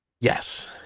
Yes